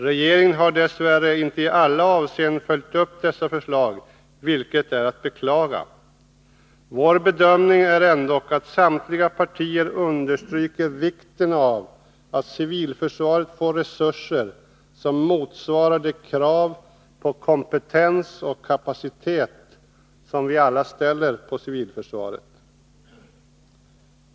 Regeringen har dess värre inte i alla avseenden följt upp dessa förslag, vilket är att beklaga. Vår bedömning är ändock att samtliga partier understryker vikten av att civilförsvaret får resurser som motsvarar de krav på kompetens och kapacitet som vi alla ställer på civilförsvaret.